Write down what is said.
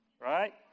right